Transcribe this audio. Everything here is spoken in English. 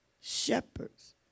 shepherds